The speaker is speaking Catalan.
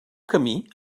camí